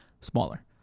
smaller